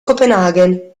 copenaghen